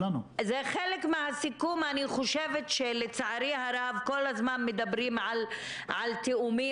אני חושבת שלצערי הרב כל הזמן מדברים על תיאומים